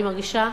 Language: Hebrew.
אני מרגישה